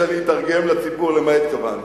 הסימנים למה התכוונתי?